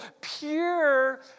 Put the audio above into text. pure